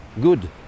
good